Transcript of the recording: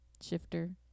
shifter